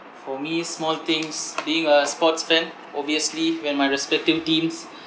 for me small things being a sportsman obviously when my respective teams